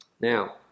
Now